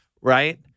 right